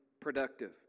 productive